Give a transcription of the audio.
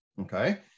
okay